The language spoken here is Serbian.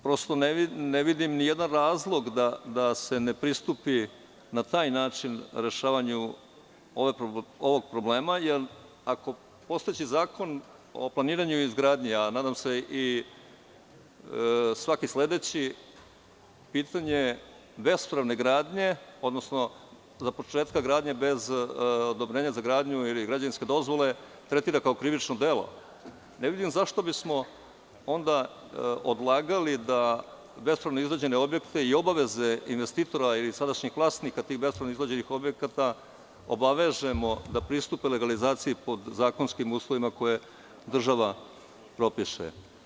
Prosto ne vidim ni jedan razlog da se ne pristupi na taj način rešavanju ovog problema, jer ako postojeći Zakon o planiranju i izgradnji, a nadam se i svaki sledeći, pitanje bespravne gradnje, odnosno započetka gradnje bez odobrenja za gradnju ili građevinske dozvole, tretira kao krivično delo, ne vidim zašto bismo onda odlagali da bespravno izgrađene objekte i obaveze investitora ili sadašnjih vlasnika tih bespravno izgrađenih objekata obavežemo da pristupe legalizaciji pod zakonskim uslovima koje država propiše.